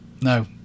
No